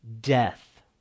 death